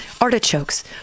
artichokes